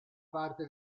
parte